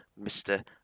Mr